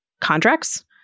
contracts